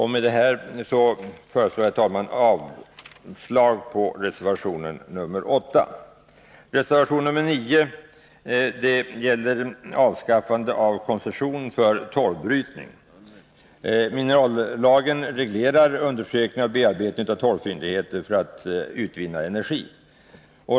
Med detta yrkar jag, herr talman, avslag på reservation 8. Reservation 9 gäller avskaffandet av koncession för torvbrytning. Minerallagen reglerar undersökning och bearbetning av torvfyndighet för att utvinna energi.